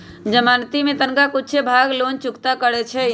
जमानती कें तनका कुछे भाग लोन चुक्ता करै छइ